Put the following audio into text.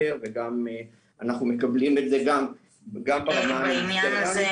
וגם אנחנו מקבלים את זה -- בעניין הזה,